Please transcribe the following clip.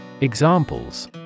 Examples